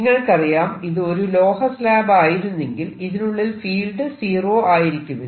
നിങ്ങൾക്കറിയാം ഇത് ഒരു ലോഹ സ്ളാബ് ആയിരുന്നെങ്കിൽ ഇതിനുള്ളിൽ ഫീൽഡ് സീറോ ആയിരിക്കുമെന്ന്